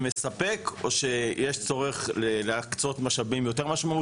וקיום מוכח של קהילת משתמשים גדולה מספיק שיש לה צורך בשירותי המעבדה.